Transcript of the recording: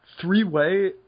three-way